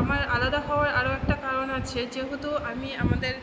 আমার আলাদা হওয়ার আরও একটা কারণ আছে যেহেতু আমি আমাদের